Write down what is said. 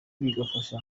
bigafasha